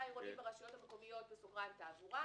העירונית ברשויות המקומיות (תעבורה),